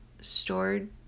stored